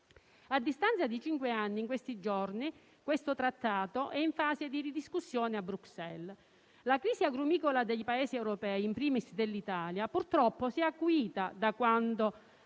A distanza di cinque anni, in questi giorni, tale trattato è in fase di ridiscussione a Bruxelles. La crisi agrumicola dei Paesi europei, *in primis* dell'Italia, si è purtroppo acuita da quando